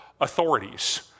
authorities